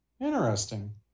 Interesting